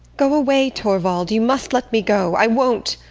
go away, torvald! you must let me go. i won't